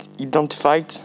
identified